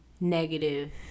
negative